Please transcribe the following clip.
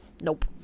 Nope